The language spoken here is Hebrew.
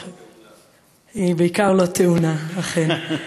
היא בעיקר לא תאונה, אכן.